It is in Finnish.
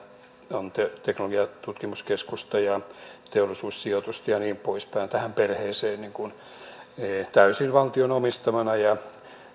on teknologian tutkimuskeskusta ja teollisuussijoitusta ja niin poispäin tähän perheeseen täysin valtion omistamana ja